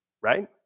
right